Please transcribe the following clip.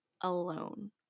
alone